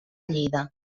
lleida